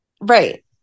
Right